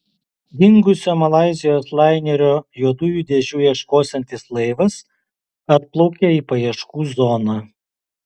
dingusio malaizijos lainerio juodųjų dėžių ieškosiantis laivas atplaukė į paieškų zoną